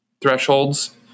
thresholds